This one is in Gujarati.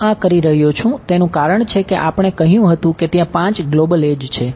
હું આ કરી રહ્યો છું તેનું કારણ છે કે આપણે કહ્યું હતું કે ત્યાં 5 ગ્લોબલ એડજ છે